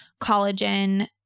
collagen